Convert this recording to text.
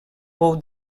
pou